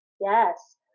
Yes